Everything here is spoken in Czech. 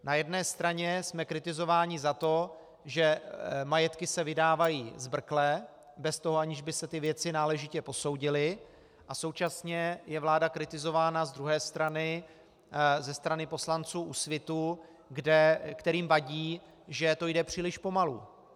Na jedné straně jsme kritizováni za to, že majetky se vydávají zbrkle, aniž by se ty věci náležitě posoudily, a současně je vláda kritizována z druhé strany, ze strany poslanců Úsvitu, kterým vadí, že to jde příliš pomalu.